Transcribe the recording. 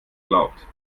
glaubt